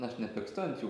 aš nepykstu ant jų